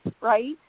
right